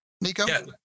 Nico